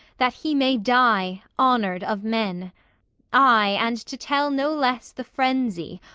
that he may die honoured of men aye, and to tell no less the frenzy,